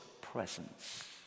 presence